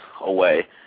away